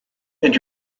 and